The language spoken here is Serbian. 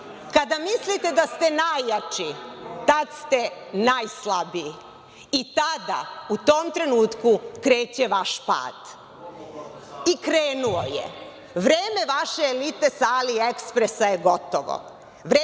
Kada mislite da ste najjači, tada ste najslabiji i tada u tom trenutku kreće vaš pad i krenuo je. Vreme vaše elite sa „Aliekspresa“ je gotovo.